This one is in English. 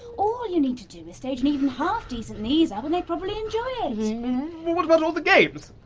all you need to do is stage an even half decent knees up and they'd probably enjoy it. but what about all the games?